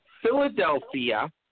Philadelphia